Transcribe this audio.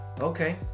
Okay